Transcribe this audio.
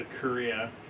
korea